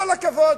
כל הכבוד.